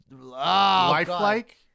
lifelike